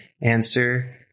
answer